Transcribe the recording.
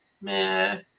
meh